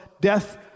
death